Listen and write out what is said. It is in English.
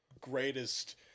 greatest